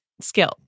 skill